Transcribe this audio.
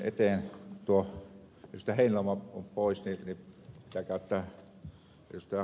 heinäluoma on poissa niin pitää käyttää ed